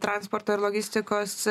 transporto ir logistikos